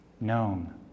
known